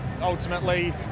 ultimately